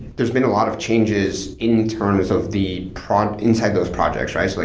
there's been a lot of changes in terms of the prompt inside those projects, right? but